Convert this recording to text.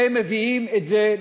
אתם מביאים את זה,